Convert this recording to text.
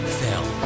fell